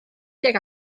tuag